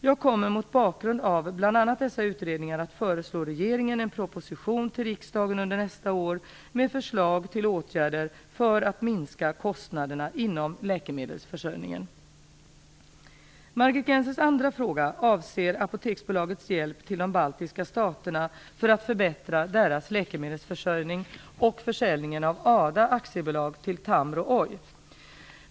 Jag kommer mot bakgrund av bl.a. dessa utredningar att föreslå regeringen en proposition till riksdagen under nästa år med förslag till åtgärder för att minska kostnaderna inom läkemedelsförsörjningen. Margit Gennsers andra fråga avser Apoteksbolagets hjälp till de baltiska staterna för att förbättra deras läkemedelsförsörjning och försäljningen av ADA AB till Tamro Oy.